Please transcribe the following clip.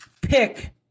pick